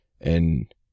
and